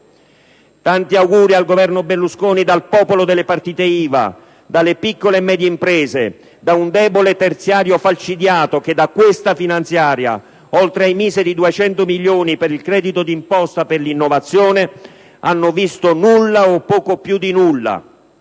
Tanti auguri al Governo Berlusconi dal popolo delle partite IVA, dalle piccole e medie imprese, da un debole terziario falcidiato che da questa finanziaria, oltre ai miseri 200 milioni di euro per il credito d'imposta per l'innovazione, hanno visto nulla o poco più di nulla.